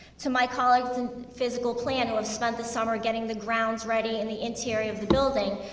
to my colleagues in physical plant who have spent the summer getting the grounds ready, and the interior of the building,